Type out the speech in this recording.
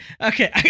okay